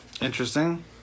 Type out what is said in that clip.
Interesting